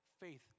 faith